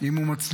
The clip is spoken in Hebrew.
אם הוא מצליח,